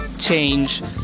change